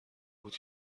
بود